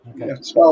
Okay